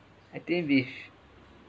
I think with